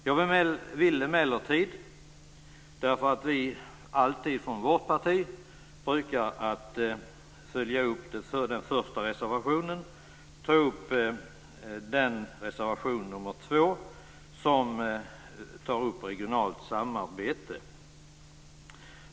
Jag vill emellertid, därför att vi från vårt parti alltid brukar följa upp den första reservationen, ta upp reservation 2 om regionalt samarbete.